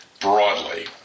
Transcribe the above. broadly